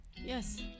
Yes